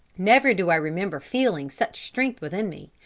never do i remember feeling such strength within me,